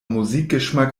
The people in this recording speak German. musikgeschmack